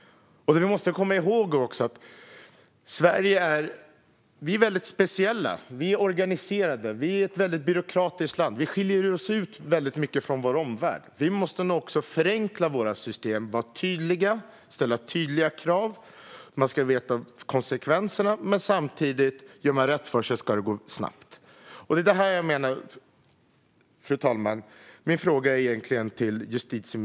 Sverige är speciellt. Vi är ett organiserat och byråkratiskt land som skiljer ut oss från vår omvärld. Nu måste vi förenkla våra system och ställa tydliga krav. Man ska känna till konsekvenserna, men om man gör rätt för sig ska det gå snabbt. Fru talman!